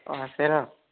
অ আছে ন'